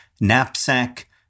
Knapsack